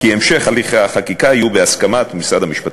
שהמשך הליכי החקיקה יהיה בהסכמת משרד המשפטים.